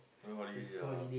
go holiday yeah